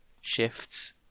shifts